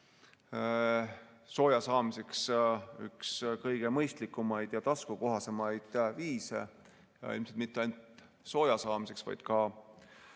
sooja saamiseks üks kõige mõistlikumaid ja taskukohasemaid viise – ilmselt mitte ainult sooja saamiseks, vaid